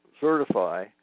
certify